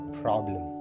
problem